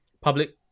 public